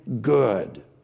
good